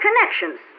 connections